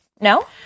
No